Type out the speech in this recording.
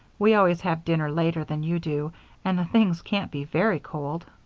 we always have dinner later than you do and the things can't be very cold.